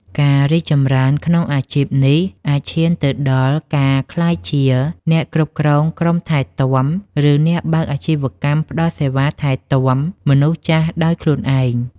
ការរីកចម្រើនក្នុងអាជីពនេះអាចឈានទៅដល់ការក្លាយជាអ្នកគ្រប់គ្រងក្រុមថែទាំ ឬអ្នកបើកអាជីវកម្មផ្តល់សេវាថែទាំមនុស្សចាស់ដោយខ្លួនឯង។